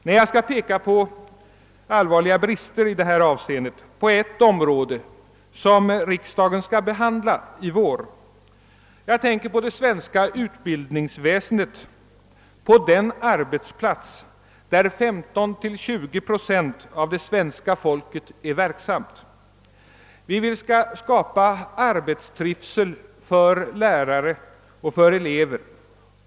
Men jag skall peka på några allvarliga brister i det här avseendet på ett område som riksdagen skall behandla i vår. Jag tänker då på det svenska utbildningsväsendet, på den arbetsplats där 15—20 procent av svenska folket är verksamt. Vi vill skapa arbetstrivsel för lärare och för elever.